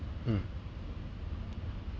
mm